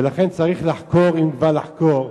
ולכן צריך לחקור, אם כבר לחקור,